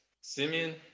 Simeon